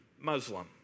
Muslim